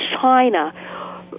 China